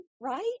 right